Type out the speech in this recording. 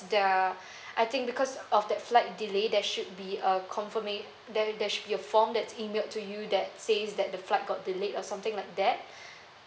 the I think because of that flight delay there should be a confirma~ there there should be a form that's emailed to you that says that the flight got delayed or something like that